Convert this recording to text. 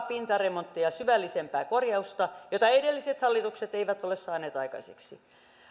pintaremonttia ja syvällisempää korjausta jota edelliset hallitukset eivät ole saaneet aikaiseksi